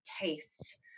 taste